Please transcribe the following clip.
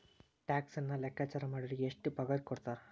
ಟ್ಯಾಕ್ಸನ್ನ ಲೆಕ್ಕಾಚಾರಾ ಮಾಡೊರಿಗೆ ಎಷ್ಟ್ ಪಗಾರಕೊಡ್ತಾರ??